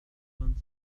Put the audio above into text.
vingt